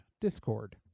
discord